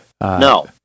no